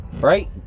Right